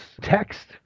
text